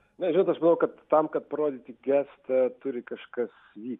ne žinot aš manau kad tam kad parodyti gestą turi kažkas vykti